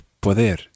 poder